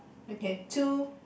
okay two